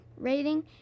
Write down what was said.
rating